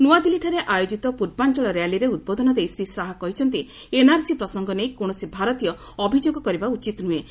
ନ୍ତଆଦିଲ୍ଲୀଠାରେ ଆୟୋଜିତ ପର୍ବାଞ୍ଚଳ ର୍ୟାଲିରେ ଉଦ୍ବୋଧନ ଦେଇ ଶ୍ରୀ ଶାହା କହିଛନ୍ତି ଏନ୍ଆର୍ସି ପ୍ରସଙ୍ଗ ନେଇ କୌଣସି ଭାରତୀୟ ଅଭିଯୋଗ କରିବା ଉଚିତ ନୁହେଁ